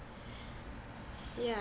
yeah